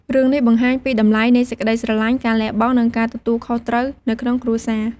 រឿងនេះបង្ហាញពីតម្លៃនៃសេចក្តីស្រឡាញ់ ការលះបង់ និងការទទួលខុសត្រូវនៅក្នុងគ្រួសារ។